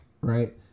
Right